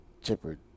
Chipper